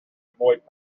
avoid